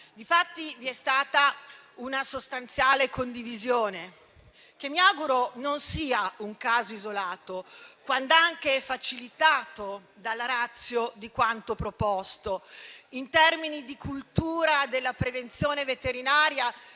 Infatti, vi è stata una sostanziale condivisione, che mi auguro non sia un caso isolato, quand'anche facilitata dalla *ratio* di quanto proposto, in termini di cultura della prevenzione veterinaria